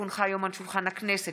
כי הונחה היום על שולחן הכנסת,